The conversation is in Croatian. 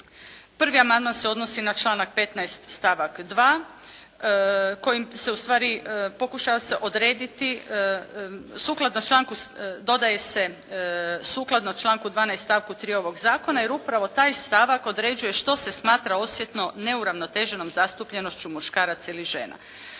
Prvi amandman se odnosi na članak 15. stavak 2. kojim se u stvari pokušava se odrediti sukladno članku dodaje se, sukladno članku 12. stavku 3. ovog zakona, jer upravo taj stavak određuje što se smatra osjetno neuravnoteženom zastupljenošću muškaraca ili žena.